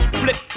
flip